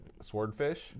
Swordfish